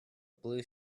blue